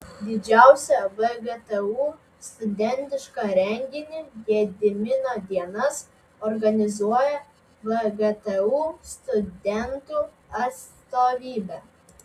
didžiausią vgtu studentišką renginį gedimino dienas organizuoja vgtu studentų atstovybė